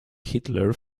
hitler